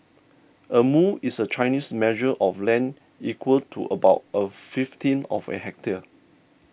a mu is a Chinese measure of land equal to about a fifteenth of a hectare